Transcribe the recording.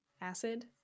acid